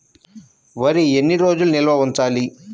వరి ఎన్ని రోజులు నిల్వ ఉంచాలి?